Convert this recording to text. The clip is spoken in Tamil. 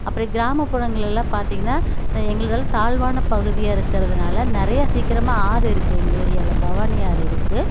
அப்புறம் கிராமப்புறங்கள்லெலாம் பார்த்தீங்கன்னா த எங்களதெலாம் தாழ்வான பகுதியாக இருக்கிறதுனால நிறையா சீக்கிரமாக ஆறு இருக்குது எங்கள் ஏரியாவில் பவானி ஆறு இருக்குது